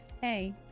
Hey